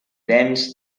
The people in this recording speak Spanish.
dance